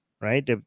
right